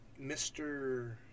Mr